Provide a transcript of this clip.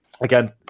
Again